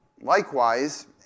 likewise